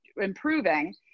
improving